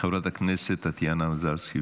חברת הכנסת טטיאנה מזרסקי,